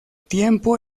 tiempo